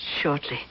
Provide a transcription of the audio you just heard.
shortly